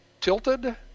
tilted